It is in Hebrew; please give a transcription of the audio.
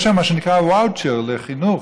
יש שם מה שנקרא ואוצ'ר לחינוך,